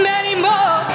anymore